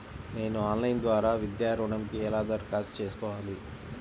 నేను ఆన్లైన్ ద్వారా విద్యా ఋణంకి ఎలా దరఖాస్తు చేసుకోవాలి?